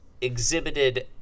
exhibited